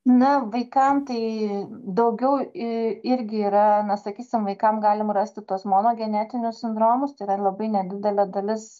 na vaikam tai daugiau irgi yra na sakysim vaikam galim rasti tuos monogenetinius sindromus tai yra labai nedidelė dalis